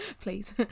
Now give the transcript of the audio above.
please